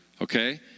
okay